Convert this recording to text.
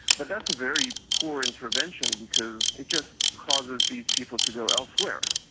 but that's a very poor intervention because it just causes these people to go elsewhere.